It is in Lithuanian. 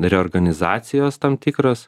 reorganizacijos tam tikros